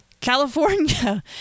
California